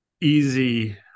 easy